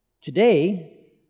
Today